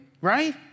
right